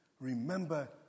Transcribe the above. Remember